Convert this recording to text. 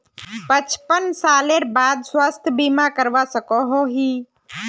पचपन सालेर बाद स्वास्थ्य बीमा करवा सकोहो ही?